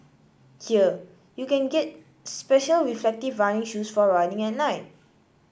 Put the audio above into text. here you can get special reflective running shoes for running at night